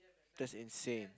that's insane